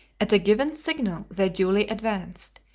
at a given signal they duly advanced,